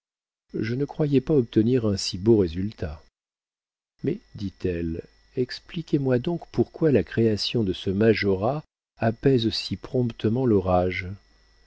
je ne croyais pas obtenir un si beau résultat mais dit-elle expliquez-moi donc pourquoi la création de ce majorat apaise si promptement l'orage